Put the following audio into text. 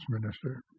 minister